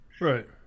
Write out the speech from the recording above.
Right